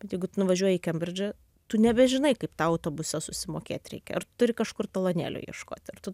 bet jeigu tu nuvažiuoji į kembridžą tu nebežinai kaip tau autobuse susimokėt reikia ar tu turi kažkur talonėlio ieškoti ar tu